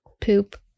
Poop